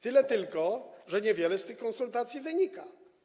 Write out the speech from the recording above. Tyle tylko, że niewiele z tych konsultacji wynika.